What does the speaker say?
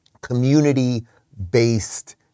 community-based